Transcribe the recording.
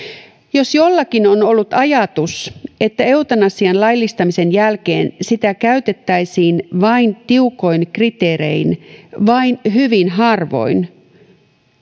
jos jollakin on ollut ajatus että eutanasian laillistamisen jälkeen sitä käytettäisiin vain tiukoin kriteerein vain hyvin harvoin